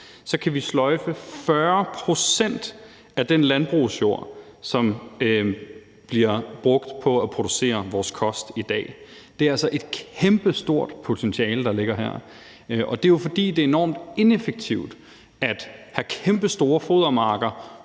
så kan vi sløjfe 40 pct. af den landbrugsjord, som bliver brugt på at producere vores kost i dag. Det er altså et kæmpestort potentiale, der ligger her. Og det er jo, fordi det er enormt ineffektivt at have kæmpestore fodermarker,